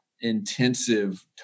intensive